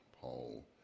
Paul